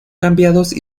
cambiados